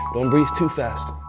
don't breathe too fast.